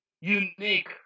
unique